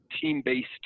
team-based